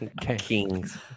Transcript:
Kings